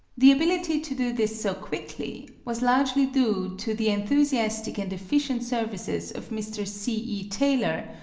the ability to do this so quickly was largely due to the enthusiastic and efficient services of mr. c. e. taylor,